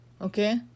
okay